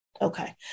Okay